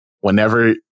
whenever